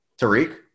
Tariq